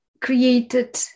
created